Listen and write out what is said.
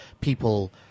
people